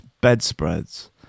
bedspreads